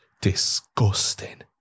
disgusting